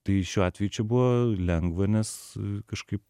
tai šiuo atveju čia buvo lengva nes kažkaip